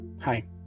Hi